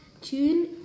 Tune